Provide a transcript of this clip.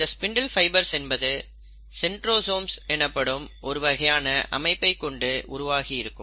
இந்த spindle fibres என்பது centrosomes எனப்படும் ஒருவகையான அமைப்பை கொண்டு உருவாகி இருக்கும்